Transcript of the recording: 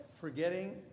forgetting